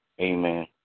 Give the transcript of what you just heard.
Amen